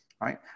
right